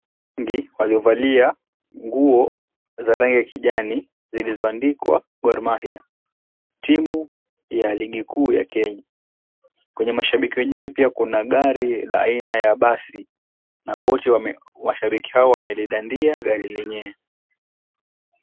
Mashabiki wengi waliovalia nguo za rangi ya kijani zilizoandikwa "Gor Mahia", timu ya ligi kuu ya Kenya. Kwenye mashabiki wenyewe pia kuna gari la aina ya basi, na wote mashabiki hao wamelidandia gari lenyewe.